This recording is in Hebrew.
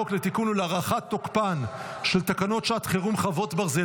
לתיקון ולהארכת תוקפן של תקנות שעת חירום (חרבות ברזל)